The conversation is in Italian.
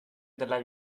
della